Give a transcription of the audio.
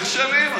נכשלים,